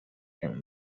him